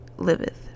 liveth